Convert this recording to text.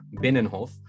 Binnenhof